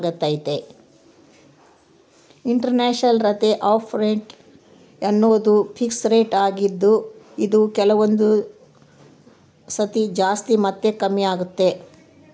internal rate of return ಅನ್ನೋದು fix rate ಆಗ್ದೆ ಇದು ಕೆಲವೊಂದು ಸತಿ ಜಾಸ್ತಿ ಮತ್ತೆ ಕಮ್ಮಿಆಗ್ತೈತೆ